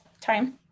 time